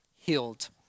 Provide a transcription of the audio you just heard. healed